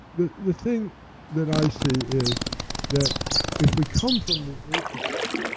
the the thing that i see is that if we come from the apex,